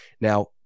Now